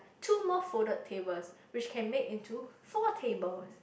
two more folded tables which can make into four tables